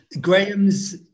Graham's